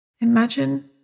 imagine